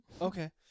Okay